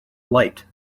light